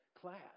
class